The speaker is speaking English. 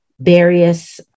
various